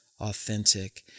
authentic